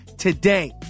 Today